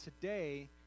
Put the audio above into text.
today